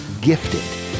Gifted